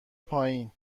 پایین